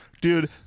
dude